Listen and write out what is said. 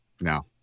No